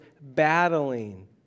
battling